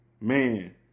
Man